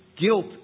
guilt